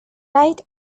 light